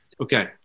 Okay